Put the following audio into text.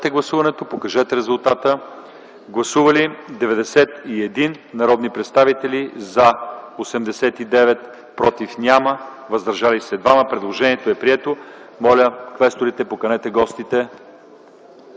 Гласували 91 народни представители: за 89, против няма, въздържали се 2. Предложението е прието. Моля, поканете гостите